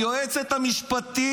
היועצת המשפטית,